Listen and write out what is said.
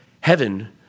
Heaven